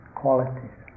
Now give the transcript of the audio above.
qualities